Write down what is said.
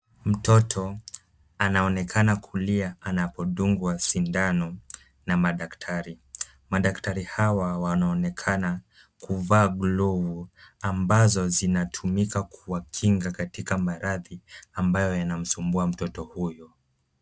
Mtoto anaonekana kulia anapodungwa sindano na madaktari. Madaktari hawa wanaonekana kuvaa glovu ambazo zinatumika kuwangika katika maradhi ambayo yanamsumbua mtoto huyu.